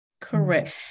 Correct